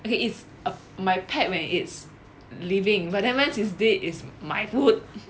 okay it's uh my pet when it's living but then once it's dead is my food